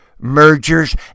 mergers